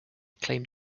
claimed